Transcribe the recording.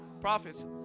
prophets